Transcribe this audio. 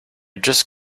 just